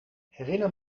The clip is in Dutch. herinner